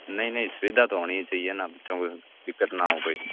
नहीं नहीं सुविधा तो होनी ही चाहिए न बच्चों को दिक्कत ना हो कोई